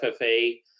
FFA